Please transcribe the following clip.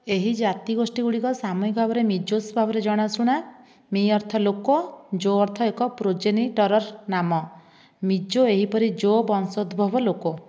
ଏହି ଜାତିଗୋଷ୍ଠୀଗୁଡିକ ସାମୂହିକ ଭାବରେ ମିଜୋସ୍ ଭାବରେ ଜଣାଶୁଣା ମି ଅର୍ଥ ଲୋକ ଜୋ ଅର୍ଥ ଏକ ପ୍ରୋଜେନିଟରର ନାମ ମିଜୋ ଏହିପରି ଜୋ ବଂଶୋଦ୍ଭବ ଲୋକ